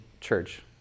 church